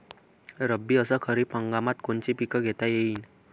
रब्बी अस खरीप हंगामात कोनचे पिकं घेता येईन?